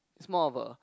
it's more of a